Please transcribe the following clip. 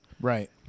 Right